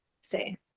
say